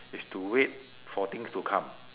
is to wait for things to come